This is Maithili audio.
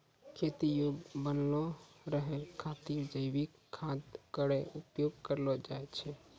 खेती योग्य बनलो रहै खातिर जैविक खाद केरो उपयोग करलो जाय छै